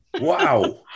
Wow